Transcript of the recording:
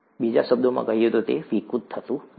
બીજા શબ્દોમાં કહીએ તો તે વિકૃત થતું નથી